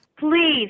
Please